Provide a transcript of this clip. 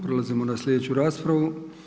Prelazimo na sljedeću raspravu.